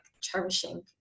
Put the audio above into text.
cherishing